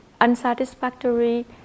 unsatisfactory